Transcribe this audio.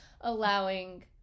Allowing